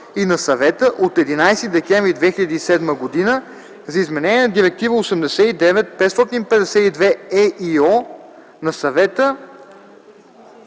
и на Съвета от 11 декември 2007 година за изменение на Директива 89/552/ЕИО на Съвета